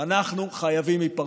ואנחנו חייבים היפרדות,